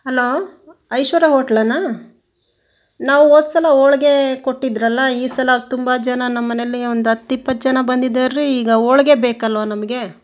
hello Aishwarya ಹೋಟ್ಲನಾ ನಾವು ಹೋದ್ಸಲ ಹೋಳ್ಗೆ ಕೊಟ್ಟಿದ್ರಲ್ಲ ಈ ಸಲ ತುಂಬ ಜನ ನಮ್ಮನೆಯಲ್ಲಿ ಒಂದು ಹತ್ತ್ ಇಪ್ಪತ್ತು ಜನ ಬಂದಿದ್ದಾರ್ರಿ ಈಗ ಹೋಳ್ಗೆ ಬೇಕಲ್ಲವಾ ನಮಗೆ